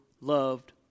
loved